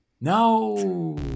No